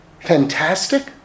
fantastic